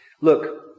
look